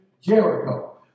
Jericho